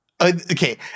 Okay